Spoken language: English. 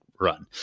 run